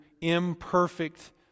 imperfect